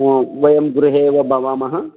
ओ वयं गृहे एव भवामः